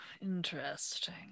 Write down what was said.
interesting